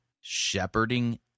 shepherding